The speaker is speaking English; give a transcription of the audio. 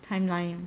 timeline